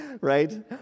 right